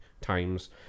times